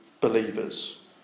believers